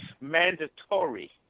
mandatory